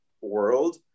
world